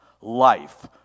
life